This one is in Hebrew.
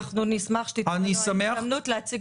אנחנו נשמח שתינתן לנו ההזדמנות להציג